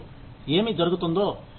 ఏమి జరుగుతుందో చూద్దాం